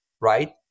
right